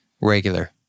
regular